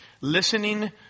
listening